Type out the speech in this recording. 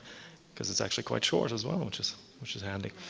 because it's actually quite short as well, which is which is handy.